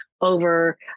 over